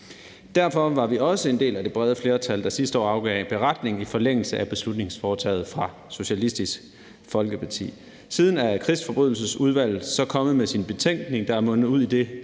Derfor var vi også en del af det brede flertal, der sidste år afgav beretning i forlængelse af beslutningsforslaget fra Socialistisk Folkeparti. Siden er Krigsforbrydelsesudvalget så kommet med sin betænkning, der er mundet ud i det